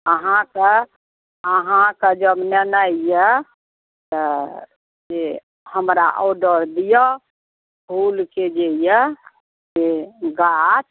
अहाँके अहाँके जब लेनाइ अइ तऽ से हमरा ऑडर दिअ फूलके जे अइ से गाछ